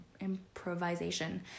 improvisation